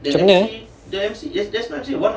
kena